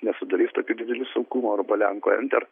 nesudarys tokių didelių sunkumų arba lenkų enter